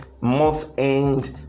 month-end